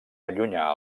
allunyar